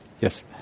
Yes